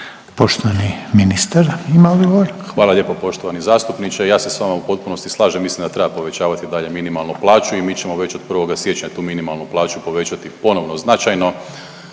odgovor. **Primorac, Marko** Hvala lijepo poštovani zastupniče. Ja se s vama u potpunosti slažem, mislim da treba povećavati i dalje minimalnu plaću i mi ćemo već od 1. siječnja tu minimalnu plaću povećati ponovno značajno